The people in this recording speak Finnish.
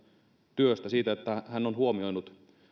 työstä siitä että hän on huomioinut